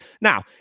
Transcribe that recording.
Now